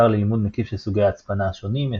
אתר ללימוד מקיף של סוגי ההצפנה השונים PGP,